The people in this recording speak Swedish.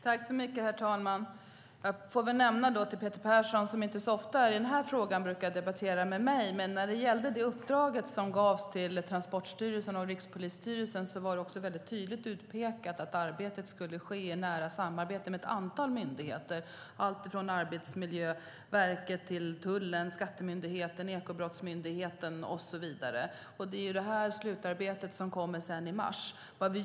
Herr talman! Jag kan för Peter Persson, som inte brukar debattera med mig så ofta i den här frågan, nämna att det när det gällde det uppdrag som gavs till Transportstyrelsen och Rikspolisstyrelsen var tydligt utpekat att arbetet skulle ske i nära samarbete med ett antal myndigheter - alltifrån Arbetsmiljöverket till tullen, skattemyndigheterna, Ekobrottsmyndigheten och så vidare. Det är det slutarbete som kommer i mars.